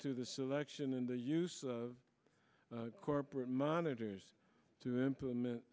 to the selection and the use of corporate monitors to implement